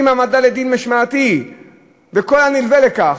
עם העמדה לדין משמעתי וכל הנלווה לכך,